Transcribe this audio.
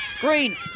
Green